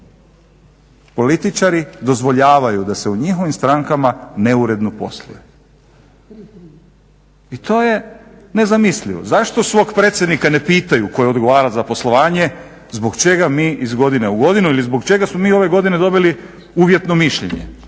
političari dozvoljavaju da se u njihovim strankama neuredno posluje. I to je nezamislivo. Zašto svog predsjednika ne pitaju, koji odgovara za poslovanje, zbog čega mi iz godine u godinu ili zbog čega smo mi ove godine dobili uvjetno mišljenje?